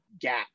gap